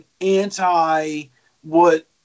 anti-what